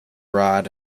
rod